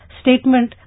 statement